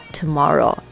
tomorrow